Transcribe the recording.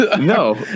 no